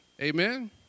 Amen